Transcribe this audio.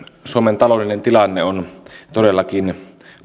suomen taloudellinen tilanne on todellakin